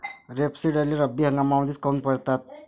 रेपसीडले रब्बी हंगामामंदीच काऊन पेरतात?